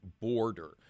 border